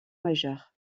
majeure